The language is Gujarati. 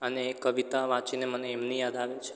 અને એ કવિતા વાંચીને મને એમની યાદ આવે છે